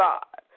God